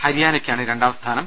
ഹരിയാനയ്ക്കാണ് രണ്ടാം സ്ഥാനം